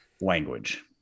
language